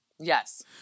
Yes